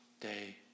day